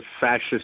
fascist